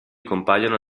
compaiono